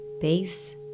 base